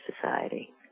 society